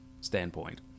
standpoint